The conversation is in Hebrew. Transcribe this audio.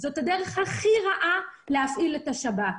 זאת הדרך הכי רעה להפעיל את השב"כ.